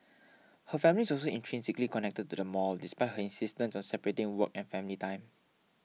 her family is also intrinsically connected to the mall despite her insistence on separating work and family time